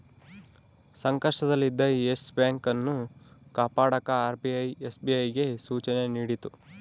ಸಂಕಷ್ಟದಲ್ಲಿದ್ದ Yes Bank ಅನ್ನು ಕಾಪಾಡಕ ಆರ್.ಬಿ.ಐ ಎಸ್.ಬಿ.ಐಗೆ ಸೂಚನೆ ನೀಡಿತು